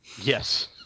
Yes